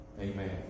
Amen